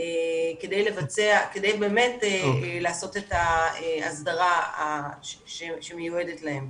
כדי באמת לעשות את ההסדרה שמיועדת לכם.